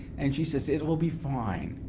and she said, we'll be fine.